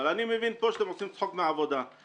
אבל אני מבין שאתם עושים צחוק מהעבודה פה.